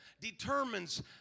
determines